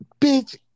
bitch